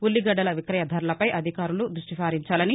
ఉల్లిగడ్డల విక్రయ ధరలపై అధికారులు దృష్ణి సారించాలని